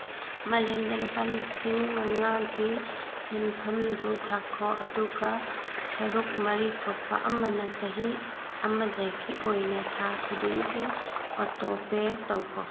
ꯃꯥꯂꯦꯝꯗ ꯂꯨꯄꯥ ꯂꯤꯁꯤꯡ ꯃꯉꯥꯒꯤ ꯁꯦꯟꯐꯝꯗꯨ ꯊꯥꯈꯣ ꯑꯗꯨꯒ ꯁꯔꯨꯛ ꯃꯔꯤ ꯊꯣꯛꯄ ꯑꯃꯅ ꯆꯍꯤ ꯑꯃꯗꯒꯤ ꯑꯣꯏꯅ ꯊꯥ ꯈꯨꯗꯤꯡꯒꯤ ꯑꯣꯇꯣꯄꯦ ꯇꯧꯈꯣ